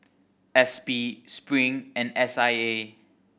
S P Spring and S I A